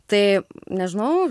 tai nežinau